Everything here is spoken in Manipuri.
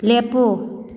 ꯂꯦꯞꯄꯨ